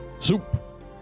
Soup